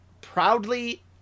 proudly